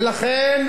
ולכן,